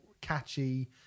catchy